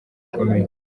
bikomeye